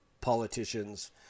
politicians